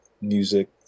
music